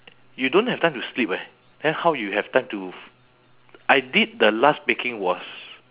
you don't have time to sleep eh then how you have time to I did the last baking was